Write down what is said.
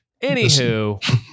Anywho